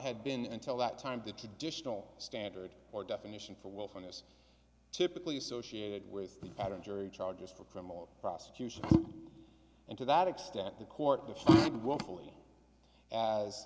had been until that time the traditional standard or definition for willfulness typically associated with the pattern jury charges for criminal prosecution and to that extent the court